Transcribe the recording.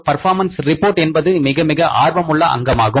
performance report என்பது மிக மிக ஆர்வமுள்ள அங்கமாகும்